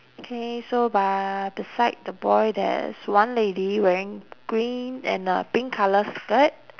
K so by the side the boy there's one lady wearing green and a pink colour skirt